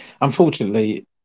unfortunately